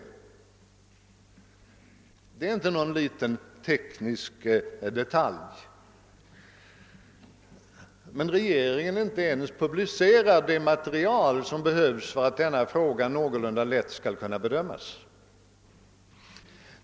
Detta är inte någon liten teknisk detalj. Regeringen har inte ens publicerat det material som behövs för att frågan någorlunda lätt skall kunna bedömas.